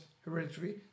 hereditary